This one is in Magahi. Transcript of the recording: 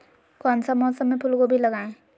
कौन सा मौसम में फूलगोभी लगाए?